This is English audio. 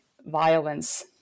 violence